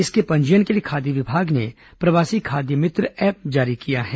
इसके पंजीयन के लिए खाद्य विभाग ने प्रवासी खाद्य मित्र ऐप जारी किया है